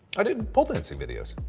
i did pole dancing videos.